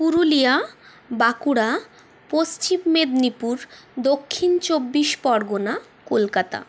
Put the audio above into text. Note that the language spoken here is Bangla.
পুরুলিয়া বাঁকুড়া পশ্চিম মেদিনীপুর দক্ষিণ চব্বিশ পরগনা কলকাতা